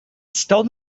stole